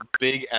big